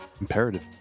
Imperative